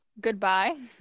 goodbye